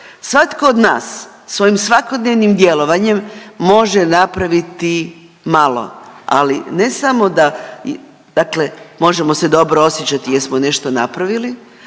Svatko od nas svojim svakodnevnim djelovanjem može napraviti malo, ali ne samo da, dakle možemo se dobro osjećati jer smo nešto napravili,